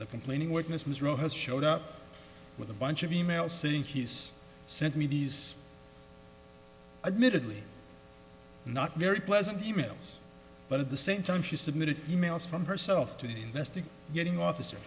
the complaining witness ms rowe has showed up with a bunch of e mail saying he's sent me these admittedly not very pleasant emails but at the same time she submitted emails from herself to the best of getting officer